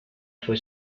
fue